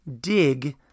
Dig